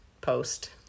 post